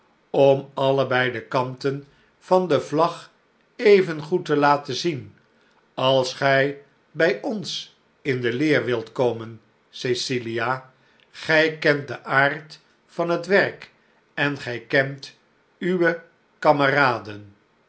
om alleb'ei de kanten van de vlag evengoed te laten zien als gij bij ons in de leer wilt komen cecilia gij kent den aard van net werk en gij kent uwe kameraden